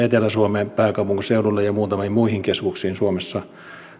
etelä suomeen pääkaupunkiseudulle ja muutamiin muihin keskuksiin suomessa